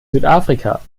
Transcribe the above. südafrika